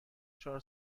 چهار